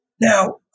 Now